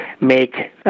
make